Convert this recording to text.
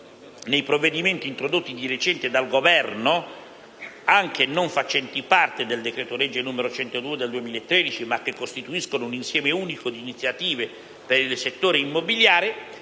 nei provvedimenti introdotti di recente dal Governo (anche non facenti parte del decreto-legge n. 102 del 2013, ma che costituiscono un insieme unico di iniziative per il settore immobiliare)